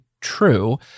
true